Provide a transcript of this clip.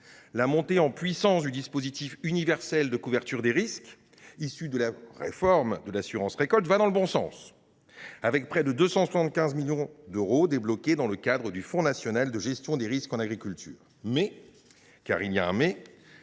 La montée en puissance du dispositif universel de couverture des risques, issu de la réforme de l’assurance récolte, va dans le bon sens, avec près de 275 millions d’euros débloqués dans le cadre du fonds national de gestion des risques en agriculture (FNGRA). Mais, car il y a un « mais